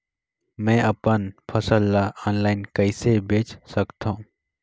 मैं अपन फसल ल ऑनलाइन कइसे बेच सकथव?